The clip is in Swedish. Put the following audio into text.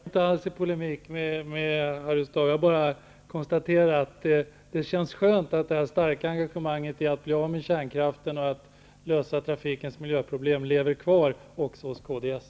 Fru talman! Jag går inte alls i polemik med Harry Staaf. Jag konstaterar bara att det känns skönt att det här starka engagemanget för att bli av med kärnkraften och att lösa trafikens miljöproblem lever kvar också hos Kds.